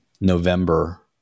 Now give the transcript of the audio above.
November